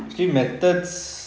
still methods